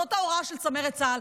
זאת ההוראה של צמרת צה"ל.